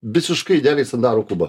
visiškai idealiai sandarų kubą